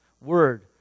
word